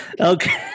Okay